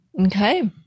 Okay